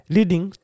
Leading